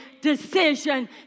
Decision